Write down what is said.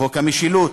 חוק המשילות,